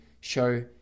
show